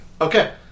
Okay